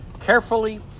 carefully